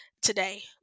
today